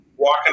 Walking